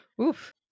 oof